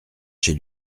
chez